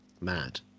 mad